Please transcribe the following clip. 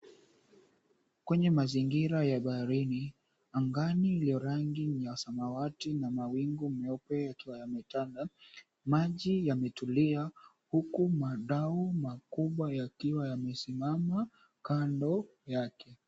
Kwenye mazingira ya baharini, angani iliyo rangi ya samawati na mawingu meupe yakiwa yametanda, maji yametulia huku madau makubwa yakiwa yamesimama kando yake.